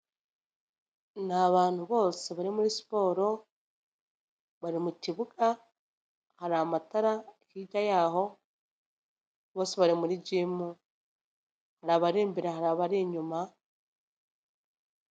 Ni abantu bose bari muri siporo bari mu kibuga, hari amatara hirya yaho, bose bari muri gimu hari abari imbere, hari abari inyuma.